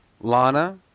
Lana